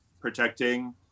protecting